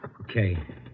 Okay